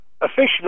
Officially